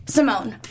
Simone